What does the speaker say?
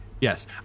Yes